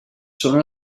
són